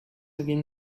again